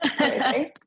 Okay